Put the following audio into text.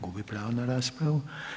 Gubi pravo na raspravu.